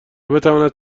بتواند